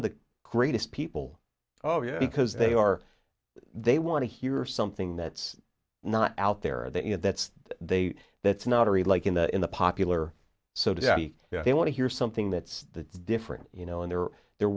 of the greatest people oh yeah because they are they want to hear something that's not out there that you know that's they that's not a real like in the in the popular so to speak they want to hear something that's different you know and they're